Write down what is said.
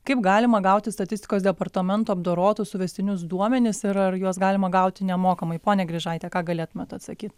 kaip galima gauti statistikos departamento apdorotus suvestinius duomenis ir ar juos galima gauti nemokamai pone grižaite ką galėtumėt atsakyt